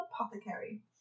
apothecary